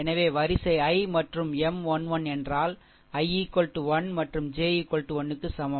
எனவே வரிசை i மற்றும் M 1 1 என்றால் i1 மற்றும் j 1 க்கு சமம்